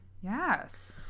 Yes